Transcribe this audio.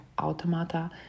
Automata